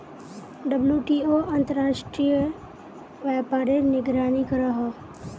WTO अंतर्राश्त्रिये व्यापारेर निगरानी करोहो